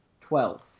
Twelve